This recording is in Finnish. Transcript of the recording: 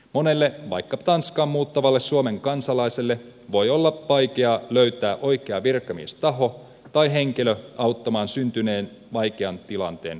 monelle vaikka tanskaan muuttavalle suomen kansalaiselle voi olla vaikeaa löytää oikea virkamiestaho tai henkilö auttamaan syntyneen vaikean tilanteen ratkaisemiseksi